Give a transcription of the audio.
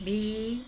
B